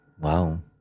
Wow